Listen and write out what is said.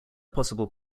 possible